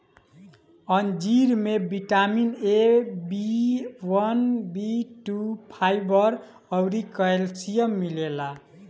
अंजीर में vitamin A, B one, B two, fibre अउरी कैल्शियम मिलेला